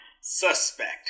suspect